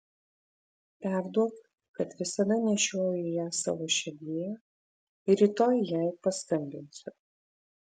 perduok kad visada nešioju ją savo širdyje ir rytoj jai paskambinsiu